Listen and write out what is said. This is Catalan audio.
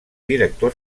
director